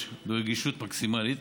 ברגישות מקסימלית,